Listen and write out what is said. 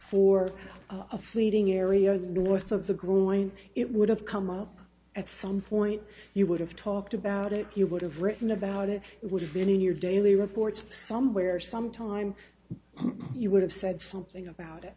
for a fleeting area in the north of the groom line it would have come out at some point you would have talked about it you would have written about it would have been in your daily reports somewhere some time you would have said something about it